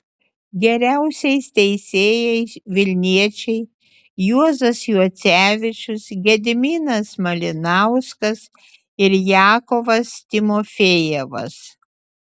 geriausiais teisėjais vilniečiai juozas juocevičius gediminas malinauskas ir jakovas timofejevas